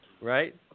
Right